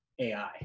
AI